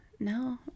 No